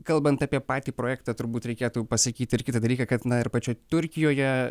kalbant apie patį projektą turbūt reikėtų pasakyti ir kitą dalyką kad na ir pačioj turkijoje